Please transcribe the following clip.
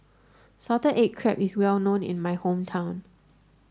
salted egg crab is well known in my hometown